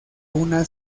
una